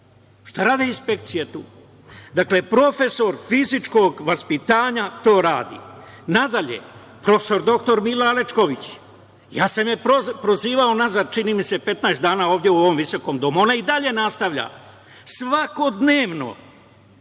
Šta rade inspekcija tu? Dakle, profesor fizičkog vaspitanja to radi. Dalje, prof. dr Mira Alečković. Ja sam je prozivao unazad, čini mi se, 15 dana ovde, u ovom visokom domu, a ona i dalje nastavlja. Svakodnevno,